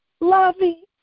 loving